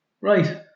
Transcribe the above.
Right